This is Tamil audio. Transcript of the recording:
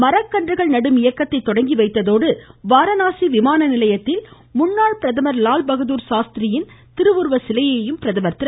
மரக்கன்றுகள் நடும் இயக்கத்தை தொடங்கி வைத்ததோடு பின்ன் அங்கு வாரணாசி விமான நிலையத்தில் முன்னாள் பிரதமர் லால்பகதூர் சாஸ்திரியின் திருவுருவ சிலையையும் பிரதமர் திறந்து வைத்தார்